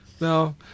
No